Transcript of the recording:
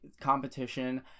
competition